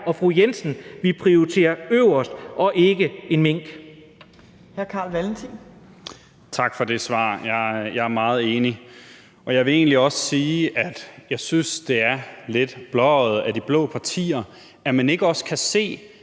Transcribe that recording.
Carl Valentin. Kl. 17:05 Carl Valentin (SF): Tak for det svar. Jeg er meget enig, og jeg vil egentlig også sige, at jeg synes, det er lidt blåøjet af de blå partier, når man ikke også kan se,